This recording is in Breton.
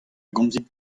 gomzit